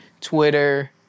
Twitter